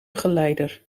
geleider